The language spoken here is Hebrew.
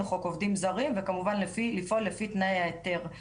חוק עובדים זרים, וכמובן לפעול לפי תנאי ההיתר.